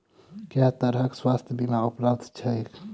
केँ तरहक स्वास्थ्य बीमा उपलब्ध छैक?